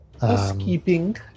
Housekeeping